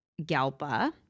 Galpa